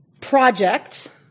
project